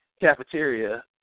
cafeteria